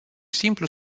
simplu